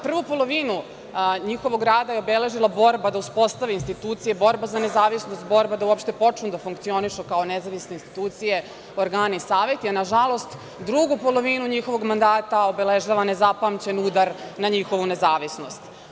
Prvu polovinu njihovog rada je obeležila borba da uspostavi institucije, borba za nezavisnost, borba da uopšte počnu da funkcionišu kao nezavisne institucije, organi, saveti, a nažalost, drugu polovinu njihovog mandata obeležava nezapamćen udar na njihovu nezavisnost.